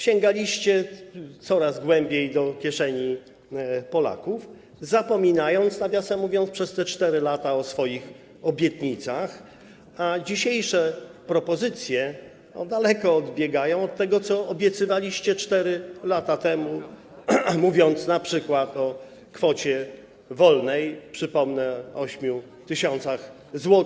Sięgaliście coraz głębiej do kieszeni Polaków, zapominając, nawiasem mówiąc, przez te 4 lata o swoich obietnicach, a dzisiejsze propozycje daleko odbiegają od tego, co obiecywaliście 4 lata temu, mówiąc np. o kwocie wolnej, przypomnę - 8 tys. zł.